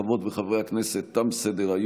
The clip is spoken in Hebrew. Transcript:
של חבר הכנסת אבוטבול וטייב,